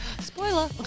Spoiler